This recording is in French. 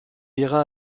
ira